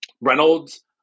Reynolds